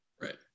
Right